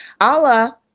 Allah